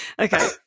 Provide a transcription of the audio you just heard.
Okay